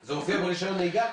זה מופיע ברישיון נהיגה?